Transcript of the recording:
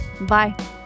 Bye